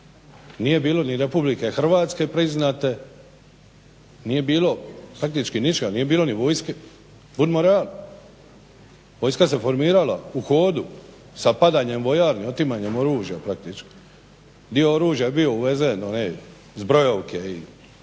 nije bilo ni Republike Hrvatske priznate, nije bilo faktički ničega, nije bilo ni vojske. Budimo realni. Vojska se formirala u hodu sa padanjem vojarni, otimanjem oružja praktički. Dio oružja je bio uvezen, one zbrojovke i